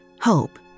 hope